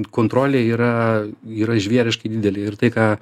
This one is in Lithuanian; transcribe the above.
kontrolė yra yra žvėriškai didelė ir tai ką